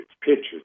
pictures